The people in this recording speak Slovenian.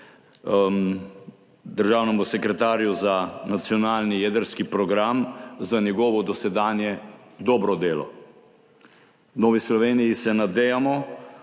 državnemu sekretarju za nacionalni jedrski program, za njegovo dosedanje dobro delo. V Novi Sloveniji se nadejamo